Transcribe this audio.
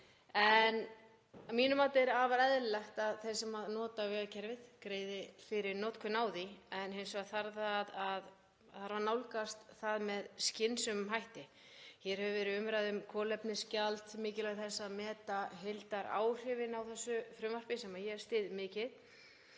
Að mínu mati er afar eðlilegt að þeir sem nota vegakerfið greiði fyrir notkun á því en hins vegar þarf að nálgast það með skynsamlegum hætti. Hér hefur verið umræða um kolefnisgjald og mikilvægi þess að meta heildaráhrifin af þessu frumvarpi sem ég styð mikið.